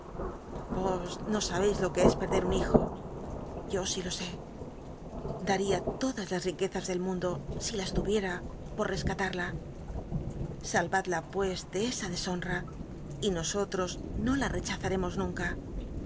yos no sabeis lo que es pe ici un hijo yo si lo sé daría odas las riquezas del mundo si las luvicm jloi rcscalal'la sahadla pues de esa deshonra y nosollos no la rechazaremos nunca